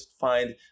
find